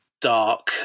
dark